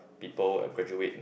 people uh graduate